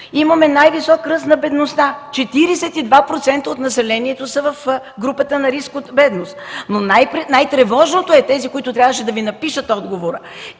Имаме най-висок ръст на бедността – 42% от населението са в групата на риск от бедност. Но най-тревожното е – тези, които са писали отговора